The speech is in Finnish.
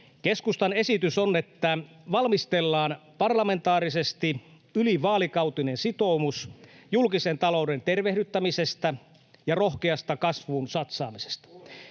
Keskustan esitys on, että valmistellaan parlamentaarisesti ylivaalikautinen sitoumus julkisen talouden tervehdyttämisestä ja rohkeasta kasvuun satsaamisesta.